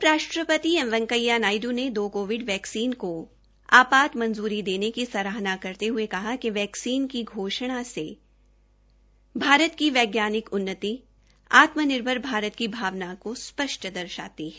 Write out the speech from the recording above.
उप राष्ट्रपति एम वैकेंया नायडू ने दो कोविड वैक्सीन को आपात मंजूरी देने की सराहना करते हये कहा कि वैक्सीन की घोषणा से भारत की वैज्ञानिक उन्नति आत्मनिर्भर भारत की भावना को स्पष्ट दर्शाती है